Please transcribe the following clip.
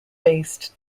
based